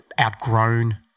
outgrown